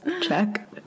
check